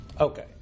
Okay